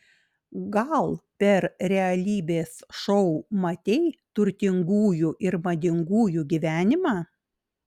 gal per realybės šou matei turtingųjų ir madingųjų gyvenimą